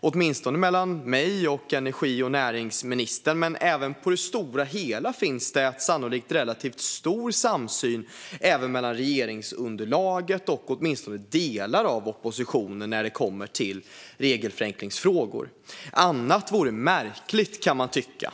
åtminstone mellan mig och energi och näringsministern. På det stora hela finns det sannolikt relativt stor samsyn även mellan regeringsunderlaget och åtminstone delar av oppositionen när det gäller regelförenklingsfrågor. Annat vore märkligt, kan man tycka.